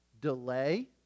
delay